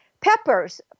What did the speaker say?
Peppers